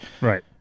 Right